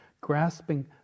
grasping